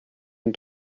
and